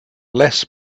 less